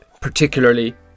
particularly